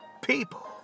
people